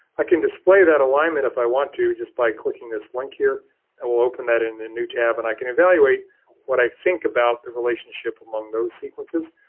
i can display that alignment if i want to just by clicking this link here and we'll open that in a new tab. and i can evaluate what i think about the relationship among those sequences.